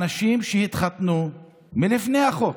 אנשים שהתחתנו מלפני החוק,